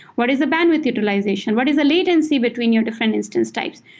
what is the bandwidth utilization? what is the latency between your different instance types?